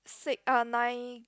sick eh nine